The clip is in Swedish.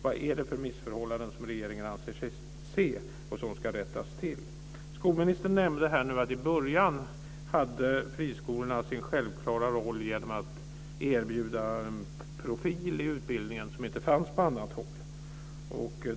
Vad är det för missförhållanden som regeringen anser sig se och som ska rättas till? Skolministern nämnde att friskolorna i början hade sin självklara roll genom att erbjuda en profil i utbildningen som inte fanns på annat håll.